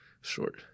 short